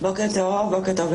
בוקר טוב לכולם.